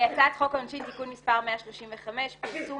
"הצעת חוק העונשין (תיקון מס' 135) (פרסום